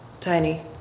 tiny